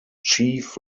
chief